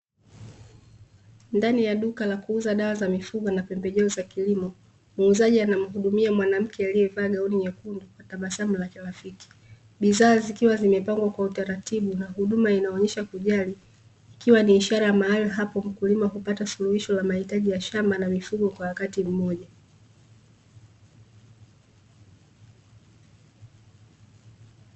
Ndani ya duka la kuuza dawa za mifugo na pembejeo za kilimo, muuzaji anamhudumia mwanamke aliyevaa gauni nyekundu, kwa na tabasamu la kirafiki. Bidhaa zikiwa zimepangwa kwa utaratibu na huduma inaonyesha kujali, ikiwa ni ishara ya mahali hapo mkulima kupata suluhisho la mahitaji ya shamba na mifugo kwa wakati mmoja.